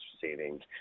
savings